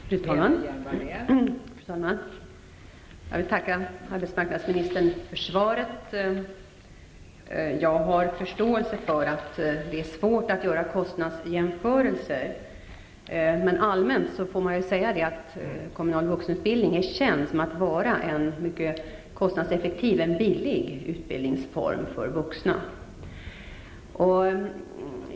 Fru talman! Jag vill tacka arbetsmarknadsministern för svaret. Jag har förståelse för att det är svårt att göra kostnadsjämförelser, men allmänt får man väl säga att den kommunala vuxenutbildningen är känd för att vara en mycket kostnadseffektiv och billig utbildningsform för vuxna.